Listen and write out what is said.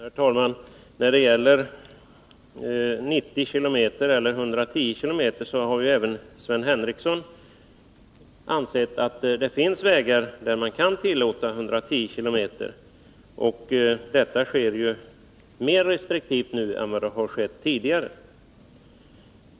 Herr talman! När det gäller 90 eller 110 km tim. Men detta sker mer restriktivt än tidigare.